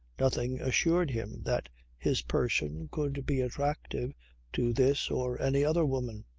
nothing assured him that his person could be attractive to this or any other woman.